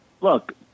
look